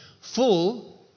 full